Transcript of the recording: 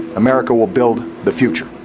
america will build the future.